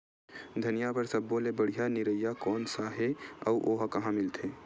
धनिया बर सब्बो ले बढ़िया निरैया कोन सा हे आऊ ओहा कहां मिलथे?